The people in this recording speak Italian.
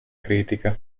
critica